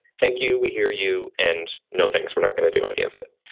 thank you, we hear you and no thanks. we're not going to do any of it,